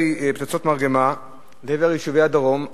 בירי פצצות מרגמה לעבר יישובי הדרום,